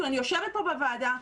אני יושבת פה בוועדה,